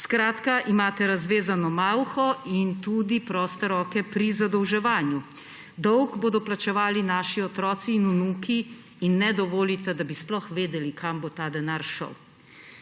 Skratka, imate razvezano malho in tudi proste roke pri zadolževanju. Dolg bodo plačevali naši otroci in vnuki in ne dovolite, da bi sploh vedeli, kam bo ta denar šel.